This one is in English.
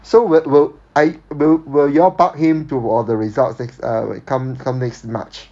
so will will I will will y'all bug him to for the results next uh wait come come next march